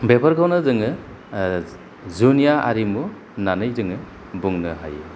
बेफोरखौनो जोङो जुनिया आरिमु होननानै जोङो बुंनो हायो